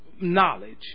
knowledge